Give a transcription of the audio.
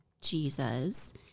Jesus